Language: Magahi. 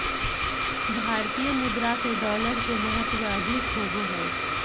भारतीय मुद्रा से डॉलर के महत्व अधिक होबो हइ